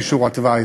באישור התוואי,